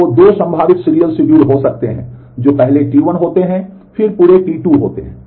तो दो संभावित सीरियल शेड्यूल हो सकते हैं जो पहले T1 होते हैं फिर पूरे T2 होते हैं